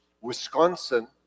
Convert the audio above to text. Wisconsin